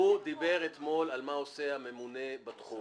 הוא דיבר אתמול על מה עושה הממונה בתחום.